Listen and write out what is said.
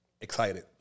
Excited